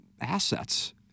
assets